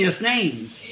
names